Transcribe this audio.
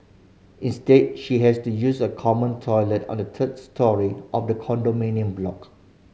instead she had to use a common toilet on the third storey of the condominium block